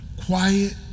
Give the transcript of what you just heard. Quiet